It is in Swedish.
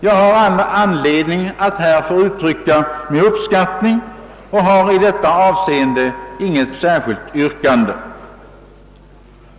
Jag har all anledning att uttrycka min uppskattning härav och skall inte i detta avseende framställa något särskilt yrkande.